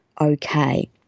okay